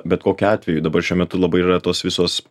bet kokiu atveju dabar šiuo metu labai yra tos visos